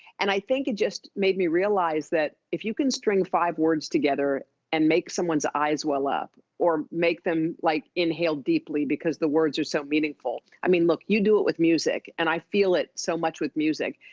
and i think it just made me realize that if you can string five words together and make someone's eyes well up, or make them like inhale deeply because the words are so meaningful, i mean, look, you do it with music. and i feel it so much with music.